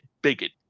bigot